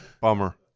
Bummer